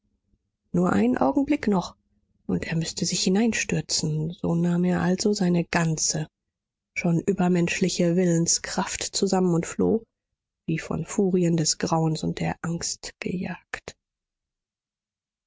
nur einen augenblick noch und er müßte sich hineinstürzen so nahm er also seine ganze schon übermenschliche willenskraft zusammen und floh wie von furien des grauens und der angst gejagt